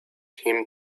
him